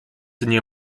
nie